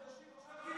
אחרי עשרה חודשים?